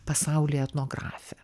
pasaulyje etnografė